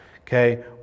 okay